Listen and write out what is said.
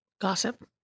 Gossip